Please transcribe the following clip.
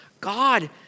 God